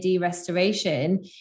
restoration